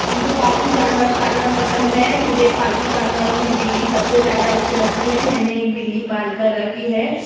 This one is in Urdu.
مجھے پالتو جانور پالنا پسند ہے مجھے پالتو جانوروں میں بلّی سب سے زیادہ اچھی لگتی ہے میں نے ایک بلّی پال کر رکھی ہے